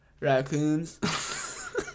Raccoons